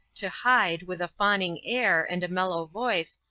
to hide, with a fawning air, and a mellow voice,